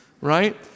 right